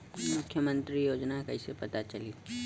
मुख्यमंत्री योजना कइसे पता चली?